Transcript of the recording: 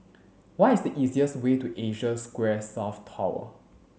what is the easiest way to Asia Square South Tower